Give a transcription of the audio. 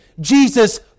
Jesus